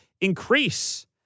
increase